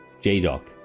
J-Doc